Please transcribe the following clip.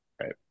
right